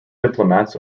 diplomats